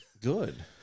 Good